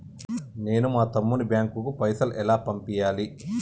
నేను మా తమ్ముని బ్యాంకుకు పైసలు ఎలా పంపియ్యాలి?